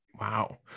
Wow